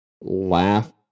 laugh